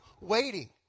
waiting